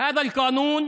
(אומר דברים